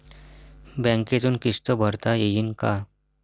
बँकेतून किस्त भरता येईन का?